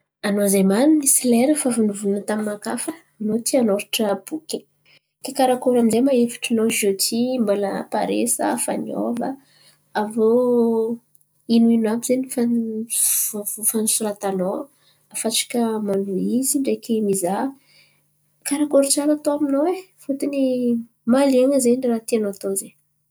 Anô zen̈y marin̈y misy lerany fa avy nivolan̈a taminakà fa anô tia anoratra boky. Ke karakory aminjay ma hevitry nô ziôty mbala pare sa fa niova? Avô ino ino àby zeny fa fa ny soratanô, fa antsika manohy izy ndreky mizaha, karakory tsara atô aminô e fôtiny mahalian̈a zen̈y ny tianô atô izen̈y.